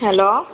hello